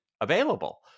available